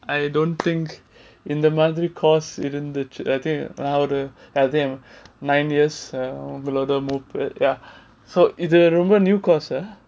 I don't think in the மாதிரி:madhiri course இருந்துச்சு:irunthuchu I think நான் ஒரு:nan oru nine years ya so இது ரொம்ப new romba new new course uh